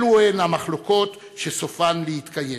אלה הן המחלוקות שסופן להתקיים.